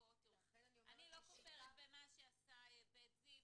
לכן אני אומרת ש'שיטה' --- אני לא כופרת במה שעשה 'בית זיו',